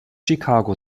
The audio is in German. chicago